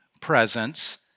presence